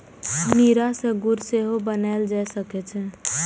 नीरा सं गुड़ सेहो बनाएल जा सकै छै